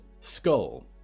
Skull